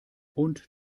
und